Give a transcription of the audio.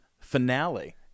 finale